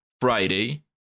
Friday